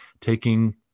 taking